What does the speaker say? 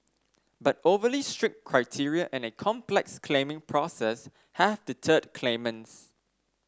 but overly strict criteria and a complex claiming process have deterred claimants